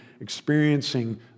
experiencing